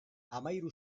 hamahiru